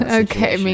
okay